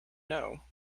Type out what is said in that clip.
know